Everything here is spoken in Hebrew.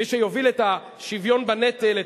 מי שיוביל את השוויון בנטל,